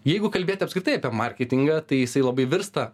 jeigu kalbėti apskritai apie marketingą tai jisai labai virsta